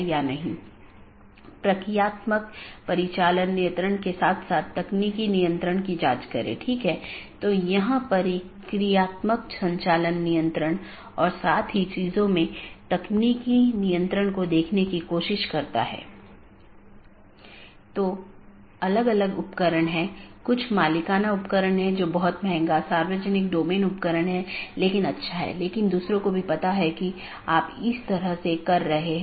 इसलिए जो हम देखते हैं कि मुख्य रूप से दो तरह की चीजें होती हैं एक है मल्टी होम और दूसरा ट्रांजिट जिसमे एक से अधिक कनेक्शन होते हैं लेकिन मल्टी होमेड के मामले में आप ट्रांजिट ट्रैफिक की अनुमति नहीं दे सकते हैं और इसमें एक स्टब प्रकार की चीज होती है जहां केवल स्थानीय ट्रैफ़िक होता है मतलब वो AS में या तो यह उत्पन्न होता है या समाप्त होता है